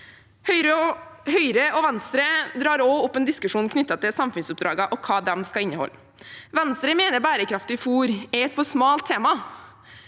Høyre og Venstre drar også opp en diskusjon knyttet til samfunnsoppdragene og hva de skal inneholde. Venstre mener bærekraftig fôr er et for smalt tema.